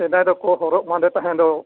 ᱥᱮᱫᱟᱭ ᱫᱚᱠᱚ ᱦᱚᱨᱚᱜ ᱵᱟᱸᱫᱮ ᱛᱟᱦᱮᱸ ᱫᱚᱜ